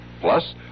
plus